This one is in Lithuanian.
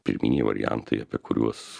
pirminiai variantai apie kuriuos